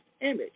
image